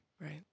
Right